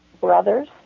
brothers